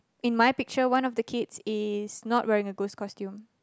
in my picture one of the kids is not wearing a ghost costume